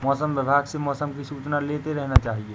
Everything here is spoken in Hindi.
मौसम विभाग से मौसम की सूचना लेते रहना चाहिये?